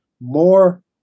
more